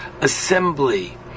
assembly